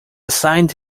assigned